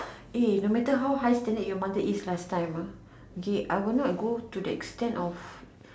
eh no matter how standard your mother is last time uh I would not go to the extend of